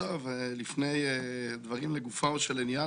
לפני דברים לגופו של ענין,